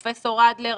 פרופ' יהודה אדלר.